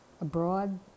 abroad